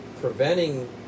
preventing